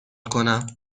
کنم